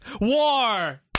War